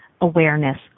awareness